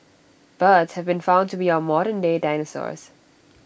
birds have been found to be our modernday dinosaurs